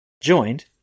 joined